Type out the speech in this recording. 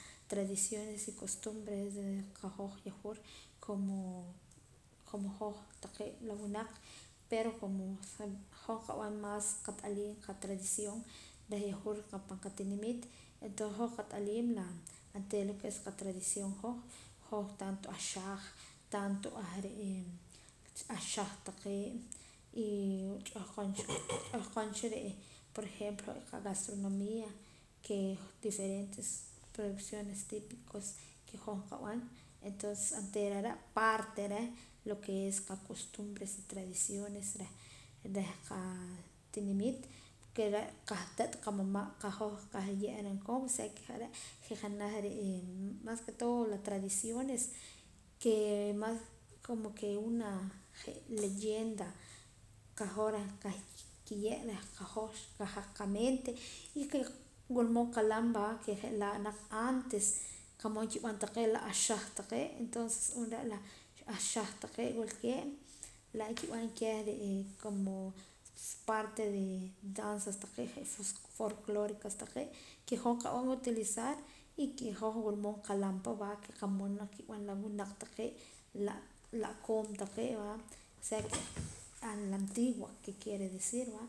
Tradiciones y costumbres de qahoj yahwur como como hoj taqee' la wunaq pero como hoj qab'an maas qat'aliim qatradición reh yahwur qa pa qatinimiit entonces hoj qat'aliim la anteera lo ke es la tradición hoj hoj tanto ahxaj tanto ahre'e haxaj taqee' y cha'ahqon ch'ahqon cha ree' por ejemplo qagastronomía ke diferentes producciones típicos ke hoj nqab'an entonces anteera are' parte reh lo ke es qacostumbres tradiciones reh reh qaatinimit ke re' qate't qamama' qahoj qahye'ra koon sea ke ja're' je' janaj re' mas ke todo la tradiciones ke mas como que una je' leyenda qahoj qahki'ye' reh qahoj qajaq qamente y ke wulmood qalam va ke je'laa' naq antes qa'mooq nkib'an la ahxaj taqe' entonces ru'uum re' la ahxaj taqee' wulkee' laa' nkib'an keh re'e como parte de danzas taqee' je' sus folclóricos taqee' ke hoj nqab'an utilizar y ke hoj wulmood qalam pa va ke qa'mood naq kib'an la wunaq taqee' la' la'koon taqee' va o sea que a la antigua que quiere decir va